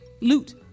Loot